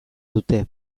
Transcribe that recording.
dute